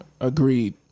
Agreed